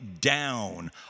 down